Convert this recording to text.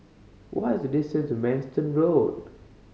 what is distance to Manston Road